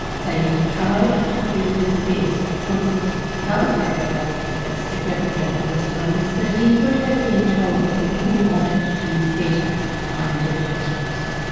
say he tried to do his best, because another factor that's significant at this time is that he would have been told that britain wanted to do better by indigenous races.